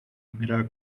mirar